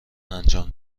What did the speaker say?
انجام